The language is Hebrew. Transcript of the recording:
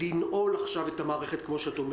לנעול עכשיו את המערכת.